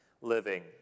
living